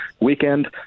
weekend